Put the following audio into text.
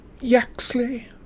Yaxley